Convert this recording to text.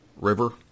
river